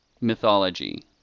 mythology